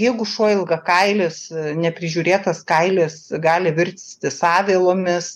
jeigu šuo ilgakailis neprižiūrėtas kailis gali virsti sąvėlomis